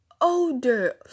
odor